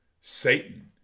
Satan